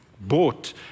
Bought